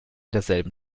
derselben